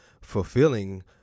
fulfilling